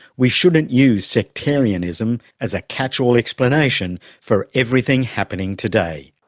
we shouldn't use sectarianism as a catch-all explanation for everything happening today.